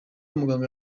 umuganga